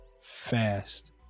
fast